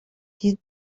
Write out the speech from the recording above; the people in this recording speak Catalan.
qui